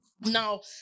Now